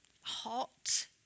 hot